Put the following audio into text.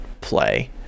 play